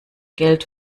geld